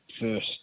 first